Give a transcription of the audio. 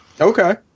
Okay